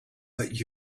but